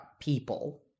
people